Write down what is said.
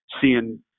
seeing